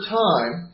time